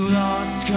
lost